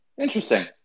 Interesting